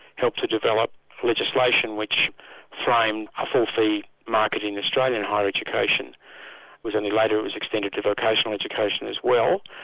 helped to develop legislation which framed a full-fee market in australia in higher education. it was only later it was extended to vocational education as well,